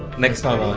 next time ah